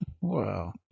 Wow